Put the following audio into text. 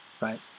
right